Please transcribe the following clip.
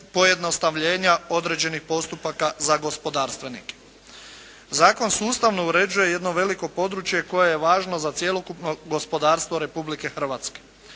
pojednostavljenja određenih postupaka za gospodarstvenike. Zakon sustavno uređuje jedno veliko područje koje je važno za cjelokupno gospodarstvo Republike Hrvatske.